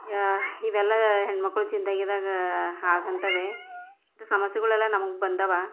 ಇವೆಲ್ಲ ಹೆಣ್ಮಕ್ಕಳು ಜೀನ್ದಾಗಿದಾಗ ಹಾಗಂತಾವೆ ಇದು ಸಮಸ್ಯೆಗಳೆಲ್ಲ ನಮ್ಗೆ ಬಂದಾವ